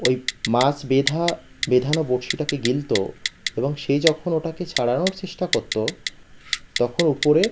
ওই মাছ বেঁধা বেঁধানো বড়শিটাকে গিলত এবং সে যখন ওটাকে ছাড়ানোর চেষ্টা করত তখন উপরের